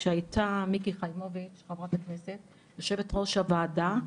כשהיתה מיקי חיימוביץ חברת הכנסת יושבת ראש הוועדה,